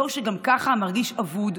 דור שגם ככה מרגיש אבוד,